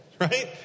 right